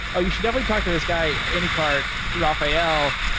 oh, you should definitely talk to this guy, anycart, rafael.